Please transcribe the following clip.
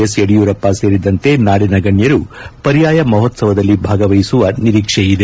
S Yediyurappa ಸೇರಿದಂತೆ ನಾಡಿನ ಗಣ್ಯರು ಪರ್ಯಾಯ ಮಹೋತ್ಸವದಲ್ಲಿ ಭಾಗವಹಿಸುವ ನಿರೀಕ್ಷೆಯಿದೆ